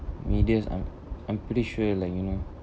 medias I'm I'm pretty sure like you know